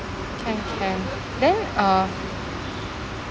can can then uh